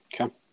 Okay